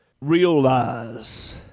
realize